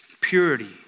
purity